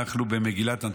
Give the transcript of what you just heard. אנחנו במגילת אנטיוכוס.